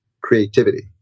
creativity